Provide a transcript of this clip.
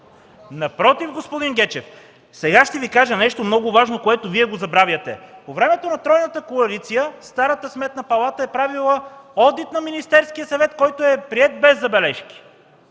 Напротив, господин Гечев. Сега ще Ви кажа нещо много важно, което Вие го забравяте. По времето на тройната коалиция старата Сметна палата е правила одит на Министерския съвет, който е приет без забележки.